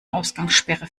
ausgangssperre